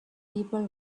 people